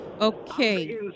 Okay